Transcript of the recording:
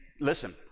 listen